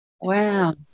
Wow